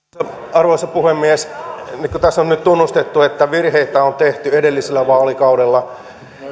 arvoisa puhemies kun tässä on nyt tunnustettu että virheitä on tehty edellisellä vaalikaudella ja